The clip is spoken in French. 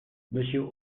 monsieur